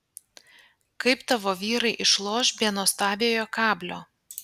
kaip tavo vyrai išloš be nuostabiojo kablio